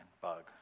bug